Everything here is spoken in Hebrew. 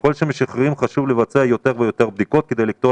ככל שמשחררים חשוב לבצע יותר ויותר בדיקות כדי לקטוע